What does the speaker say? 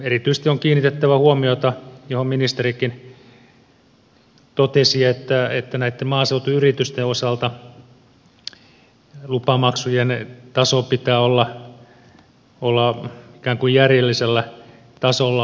erityisesti on kiinnitettävä huomiota siihen minkä ministerikin totesi että näitten maaseutuyritysten osalta lupamaksujen tason pitää olla ikään kuin järjellisellä tasolla